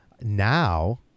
now